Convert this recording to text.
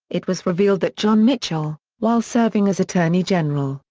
it was revealed that john mitchell, while serving as attorney general,